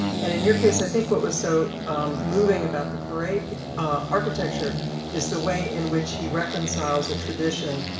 and in your case, i think what was so moving about the perret architecture is the way in which he reconciles a tradition,